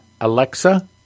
Alexa